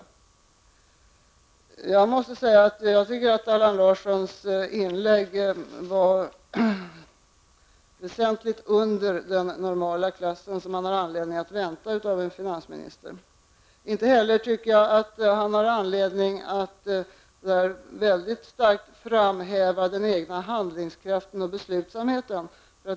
Jag måste säga att Allan Larssons inlägg var väsentligt under den klass som man normalt har anledning att förvänta sig av en finansminister. Inte heller har han enligt min uppfattning anledning att så där väldigt starkt framhäva den egna handlingskraften och beslutsamheten.